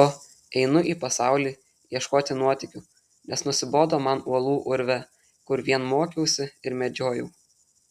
o einu į pasaulį ieškoti nuotykių nes nusibodo man uolų urve kur vien mokiausi ir medžiojau